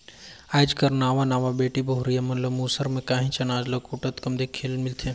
आएज कर नावा नावा बेटी बहुरिया मन ल मूसर में काहींच अनाज ल कूटत कम देखे ले मिलथे